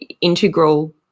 integral